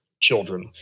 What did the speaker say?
children